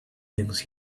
things